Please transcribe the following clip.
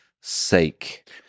sake